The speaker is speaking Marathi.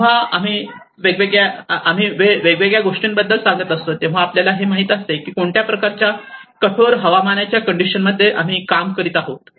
जेव्हा आम्ही वेळ वेगवेगळ्या गोष्टींबद्दल सांगत असतो तेव्हा आपल्याला हे माहित असते की कोणत्या प्रकारच्या कठोर हवामानाच्या कंडिशन मध्ये आम्ही काम करीत आहोत